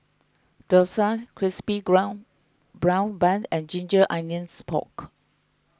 Dosa Crispy Ground Brown Bun and Ginger Onions Pork